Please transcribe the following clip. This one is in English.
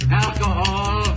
alcohol